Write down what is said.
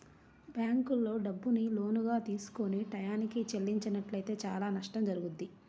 బ్యేంకుల్లో డబ్బుని లోనుగా తీసుకొని టైయ్యానికి చెల్లించనట్లయితే చానా నష్టం జరుగుద్ది